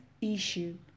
issue